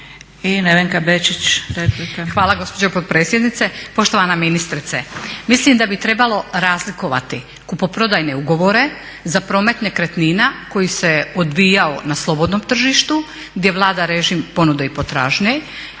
Hvala gospođo potpredsjednice. Poštovana ministrice, mislim da bi trebalo razlikovati kupoprodajne ugovore za promet nekretnina koji se odvijao na slobodnom tržištu gdje vlada režim ponude i potražnje